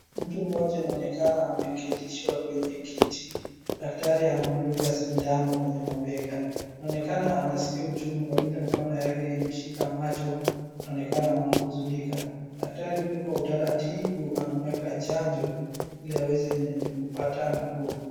Mtu mmoja inaonekana amekitishwa kwenye kiti. Daktari anamdunga sindano kwenye mabega. Inaonekana anasikia uchungu kwa vile mkono yake imeshika macho inaonekana anahuzunika. Daktari huyu kwa utaratibu anamuweka chanjo ili aweze kupata nafuu.